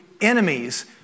enemies